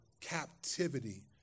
captivity